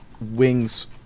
wings